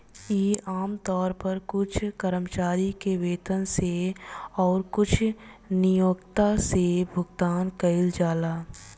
इ आमतौर पर कुछ कर्मचारी के वेतन से अउरी कुछ नियोक्ता से भुगतान कइल जाला